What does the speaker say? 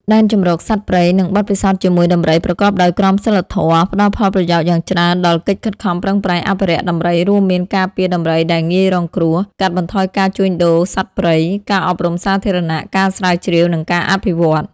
ដែនជម្រកសត្វព្រៃ និងបទពិសោធន៍ជាមួយដំរីប្រកបដោយក្រមសីលធម៌ ផ្តល់ផលប្រយោជន៍យ៉ាងច្រើនដល់កិច្ចខិតខំប្រឹងប្រែងអភិរក្សដំរី រួមមាន ការពារដំរីដែលងាយរងគ្រោះ កាត់បន្ថយការជួញដូរសត្វព្រៃ ការអប់រំសាធារណៈ ការស្រាវជ្រាវ និងការអភិវឌ្ឍ។